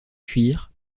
cuir